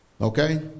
Okay